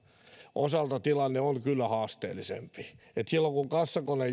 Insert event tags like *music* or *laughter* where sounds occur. osalta tilanne on kyllä haasteellisempi silloin kun kassakone *unintelligible*